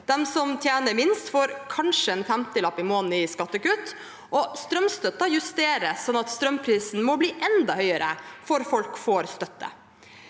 De som tjener minst, får kanskje en femtilapp i måneden i skattekutt, og strømstøtten justeres sånn at strømprisen må bli enda høyere før folk får støtte.